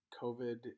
COVID